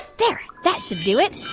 there, that should do it.